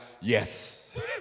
Yes